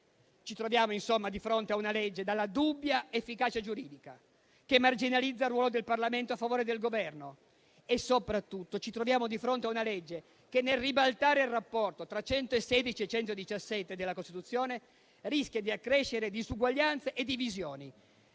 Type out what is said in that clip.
Ci troviamo insomma di fronte a una legge dalla dubbia efficacia giuridica, che marginalizza il ruolo del Parlamento a favore del Governo, e soprattutto che, nel ribaltare il rapporto tra gli articoli 116 e 117 della Costituzione, rischia di accrescere disuguaglianze e divisioni